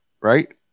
right